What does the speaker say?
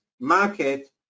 market